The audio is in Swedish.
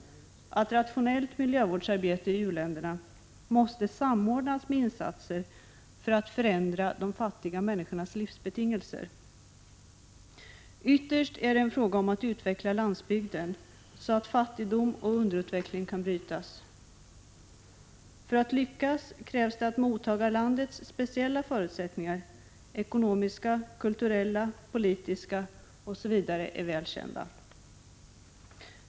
1985/86:117 miljövårdsarbete i u-länderna måste samordnas med insatser för att förändra — 16 april 1986 de fattiga människornas livsbetingelser. Ytterst är det en fråga om att utveckla landsbygden så att fattigdom och underutveckling kan brytas. För EE b att detta skall lyckas krävs att mottagarlandets speciella förutsättningar — ENAT RI RER ra KOST m.m. ekonomiska, kulturella, religiösa, politiska osv. — är väl kända.